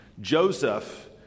Joseph